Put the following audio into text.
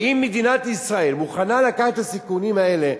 ואם מדינת ישראל מוכנה לקחת את הסיכונים האלה,